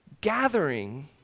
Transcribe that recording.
Gathering